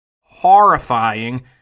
horrifying